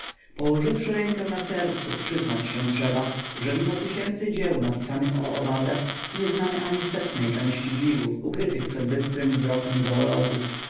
położywszy rękę na sercu przyznać się trzeba że mimo tysięcy dzieł napisanych o owadach nie znamy ani setnej części dziwów ukrytych przed bystrym wzrokiem